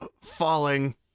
falling